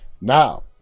Now